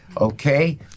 okay